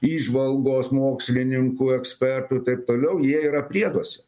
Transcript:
įžvalgos mokslininkų ekspertų taip toliau jie yra prieduose